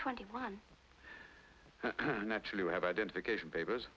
twenty one naturally you have identification papers